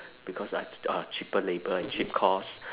because uh cheaper labour and cheap cost